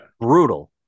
brutal